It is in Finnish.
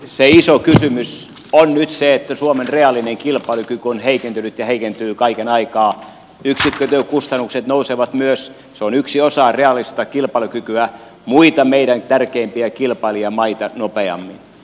se iso kysymys on nyt se että suomen reaalinen kilpailukyky on heikentynyt ja heikentyy kaiken aikaa ja yksikkötyökustannukset nousevat myös se on yksi osa reaalista kilpailukykyä muita meidän tärkeimpiä kilpailijamaitamme nopeammin